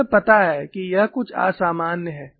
तुम्हें पता है कि यह कुछ असामान्य है